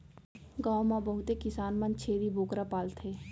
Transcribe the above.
गॉव म बहुते किसान मन छेरी बोकरा पालथें